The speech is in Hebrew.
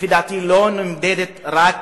לפי דעתי, לא נמדדת רק